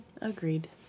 agreed